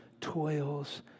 toils